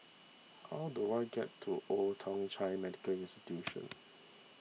how do I get to Old Thong Chai Medical Institution